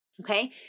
okay